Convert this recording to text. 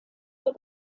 der